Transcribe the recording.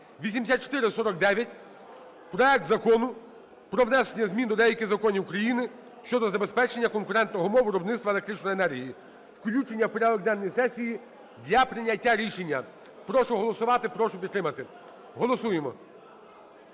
8449: проект Закону про внесення змін до деяких законів України щодо забезпечення конкурентних умов виробництва електричної енергії. Включення в порядок денний сесії для прийняття рішення. Прошу голосувати. Прошу підтримати. Голосуємо.